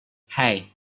hey